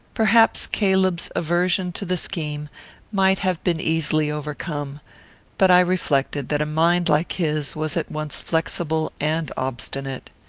perhaps caleb's aversion to the scheme might have been easily overcome but i reflected that a mind like his was at once flexible and obstinate.